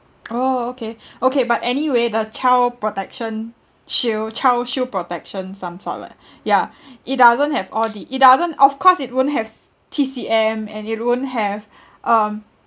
oh okay okay but anyway the child protection shield child shield protection some sort like ya it doesn't have all the it doesn't of course it won't have T_C_M and it wouldn't have um